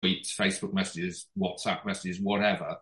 tweets, facebook messages, whatsapp messages, whatever